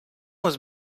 was